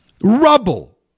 Rubble